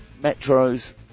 Metro's